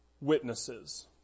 witnesses